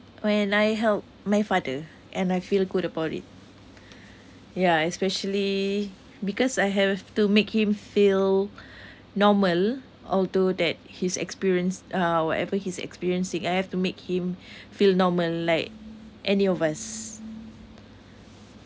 when I help my father and I feel good about it yeah especially because I have to make him feel normal although that his experience uh whatever he's experiencing I have to make him feel normal like any of us